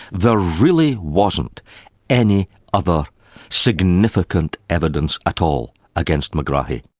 there really wasn't any other significant evidence at all against megrahi.